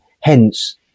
hence